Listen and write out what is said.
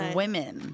women